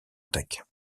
attaque